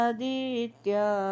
Aditya